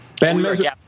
Ben